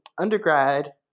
undergrad